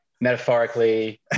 metaphorically